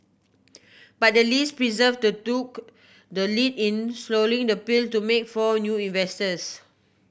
but the Lees persevered took the lead in swallowing the pill to make for new investors